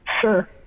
sure